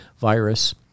virus